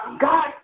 God